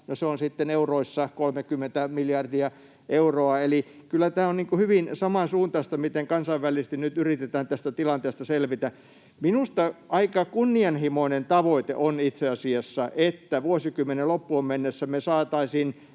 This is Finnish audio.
sitten euroissa 30 miljardia euroa, eli kyllä tämä on hyvin samansuuntaista, miten kansainvälisesti nyt yritetään tästä tilanteesta selvitä. Minusta aika kunnianhimoinen tavoite on itse asiassa, että vuosikymmenen loppuun mennessä me saataisiin